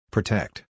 Protect